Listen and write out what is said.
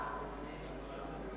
(קוראת בשמות חברי